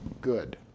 good